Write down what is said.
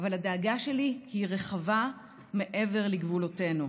עבדו קשה, וכל חייהם עמדה טובתנו,